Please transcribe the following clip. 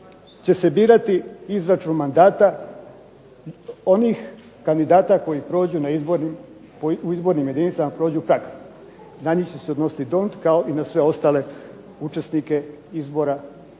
će se birati izračun mandata onih kandidata koji prođu u izbornim jedinicama prođu .../Govornik se ne razumije./... Na njih će se odnositi to kao i na sve ostale učesnike izbora sve